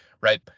Right